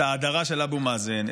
את ההאדרה של אבו מאזן,